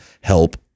help